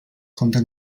konnte